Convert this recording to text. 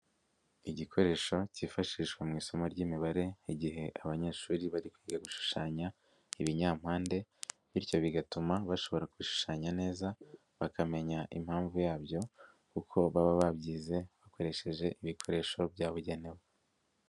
igikoresho cyifashishwa mu isomo ry'imibare igihe abanyeshuri bari kwiga gushushanya ibinyampande bityo bigatuma bashobora kwishushanya neza bakamenya impamvu yabyo kuko baba babyize bakoresheje ibikoresho byabugenewe.